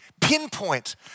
pinpoint